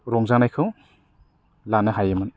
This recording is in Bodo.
रंजानायखौ लानो हायोमोन